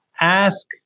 ask